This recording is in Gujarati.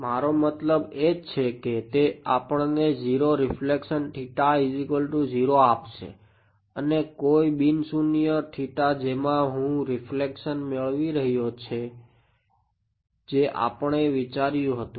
મારો મતલબ છે કે તે આપણને 0 રીફ્લેક્શન આપશે અને કોઈ બિન શૂન્ય જેમાં હુ રીફ્લેક્શન મેળવી રહ્યો છે જે આપણે વિચાર્યું હતું